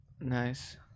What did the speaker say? Nice